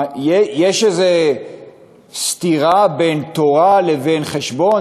מה, יש איזה סתירה בין תורה לבין חשבון?